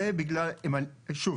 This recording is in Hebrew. שוב,